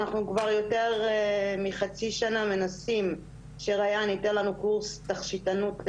אנחנו כבר יותר מחצי שנה מנסים שריאן ייתן לנו קורס תכשיטנות לנשים,